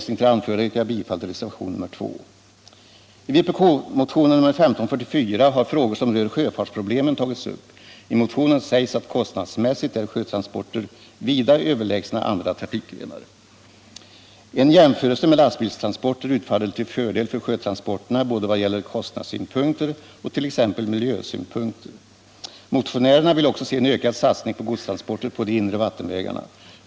I vpk-motionen 1544 har frågor som rör sjöfartsproblemen tagits upp. I motionen sägs att kostnadsmässigt är sjötransporter vida överlägsna de transporter som sker inom andra trafikgrenar. En jämförelse med lastbilstransporter utfaller till fördel för sjötransporterna vad gäller både kostnadssynpunkter och t.ex. miljösynpunkter. Vi motionärer vill också se en ökad satsning på godstransporter på de inre vattenvägarna.